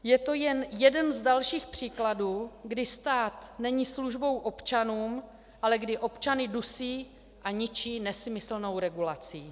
Je to jen jeden z dalších příkladů, kdy stát není službou občanům, ale kdy občany dusí a ničí nesmyslnou regulací.